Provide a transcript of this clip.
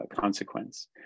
consequence